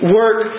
work